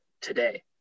today